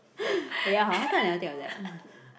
ya hor how come I never think of that ah